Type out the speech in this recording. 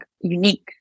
unique